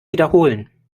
wiederholen